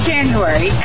January